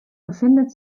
befindet